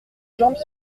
jambes